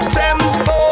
tempo